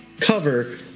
cover